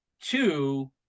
two